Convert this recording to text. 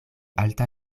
alta